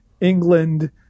England